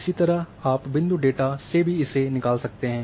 इसी तरह आप बिंदु डेटा से भी इसे निकाल सकते हैं